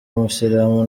umusilamu